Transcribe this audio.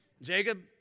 Jacob